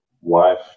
wife